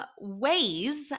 ways